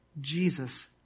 Jesus